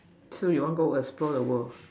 so you want go restaurant the all